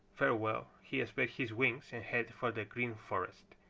farewell he spread his wings and headed for the green forest.